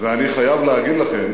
ואני חייב להגיד לכם